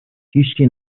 هیشکی